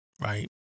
right